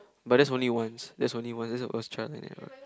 but that's only once that's only once that's the one chance